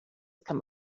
come